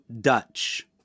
Dutch